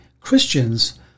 Christians